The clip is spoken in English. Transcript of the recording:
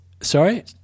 sorry